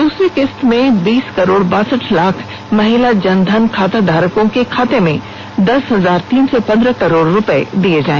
दूसरी किस्त में बीस करोड़ बासठ लाख महिला जन धन खाता धारकों के खाते में दस हजार तीन सौ पन्द्रह करोड़ रुपए जमा किए गए